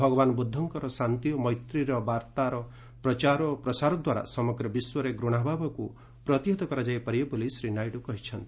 ଭଗବାନ ବୁଦ୍ଧଙ୍କର ଶାନ୍ତି ଓ ମୈତ୍ରୀର ବାର୍ଭାର ପ୍ରଚାର ଓ ପ୍ରସାରଦ୍ୱାରାସ ସମଗ୍ର ବିଶ୍ୱରେ ଘୂଣାଭାବକୁ ପ୍ରତିହତ କରାଯାଇପାରିବ ବୋଲି ଶ୍ରୀ ନାଇଡ଼ୁ କହିଚ୍ଛନ୍ତି